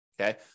okay